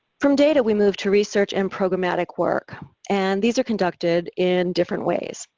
from data, we move to research and programmatic work and these are conducted in different ways.